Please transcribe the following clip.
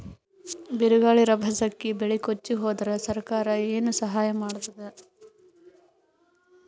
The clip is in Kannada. ಬಿರುಗಾಳಿ ರಭಸಕ್ಕೆ ಬೆಳೆ ಕೊಚ್ಚಿಹೋದರ ಸರಕಾರ ಏನು ಸಹಾಯ ಮಾಡತ್ತದ?